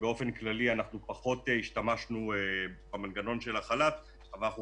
ובאופן כללי פחות השתמשנו במנגנון של החל"ת אבל אנחנו